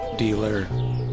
dealer